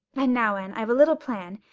and now, anne, i've a little plan.